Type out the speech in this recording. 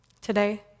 today